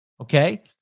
okay